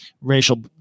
racial